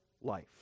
life